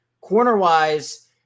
Corner-wise